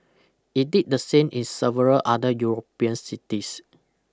it did the same in several other European cities